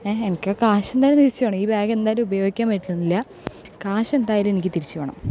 എനിക്ക് കാശ് എന്തായാലും തിരിച്ചു വേണം ഈ ബാഗ് ഉപയോഗിക്കാൻ പറ്റുന്നില്ല കാശ് എന്തായാലും എനിക്ക് തിരിച്ചുവേണം